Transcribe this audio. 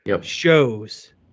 shows